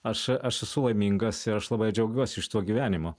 aš aš esu laimingas ir aš labai džiaugiuosi šituo gyvenimu